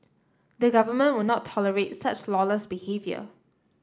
the Government would not tolerate such lawless behaviour